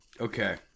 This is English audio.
okay